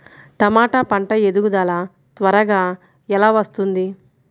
టమాట పంట ఎదుగుదల త్వరగా ఎలా వస్తుంది?